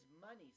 money